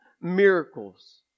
miracles